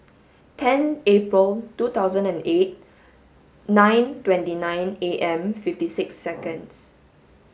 ten April two thousand and eight nine twenty nine A M fifty six seconds